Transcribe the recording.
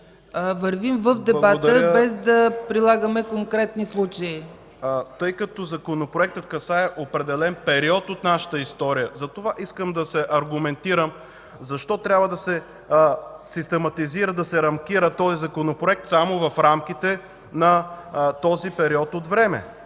вървим в дебата, без да прилагаме конкретни случаи. ФИЛИП ПОПОВ: Благодаря. Тъй като Законопроектът касае определен период от нашата история, затова искам да се аргументирам защо трябва да се систематизира, да се рамкира този Законопроект само в рамките на този период от време.